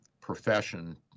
profession